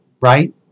right